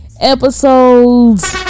episodes